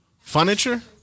Furniture